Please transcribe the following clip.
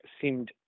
seemed